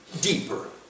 deeper